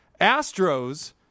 Astros